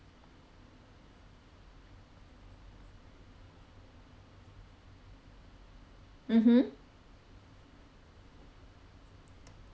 mmhmm